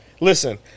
Listen